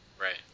Right